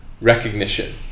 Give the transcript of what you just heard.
recognition